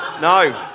No